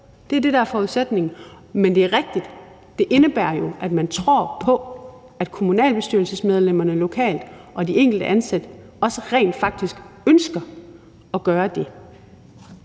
Det er det, der er forudsætningen. Men det er rigtigt, at det jo indebærer, at man tror på, at kommunalbestyrelsesmedlemmerne lokalt og de enkelte ansatte også rent faktisk ønsker at gøre det.